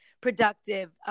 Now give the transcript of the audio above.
productive